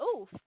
Oof